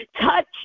Touch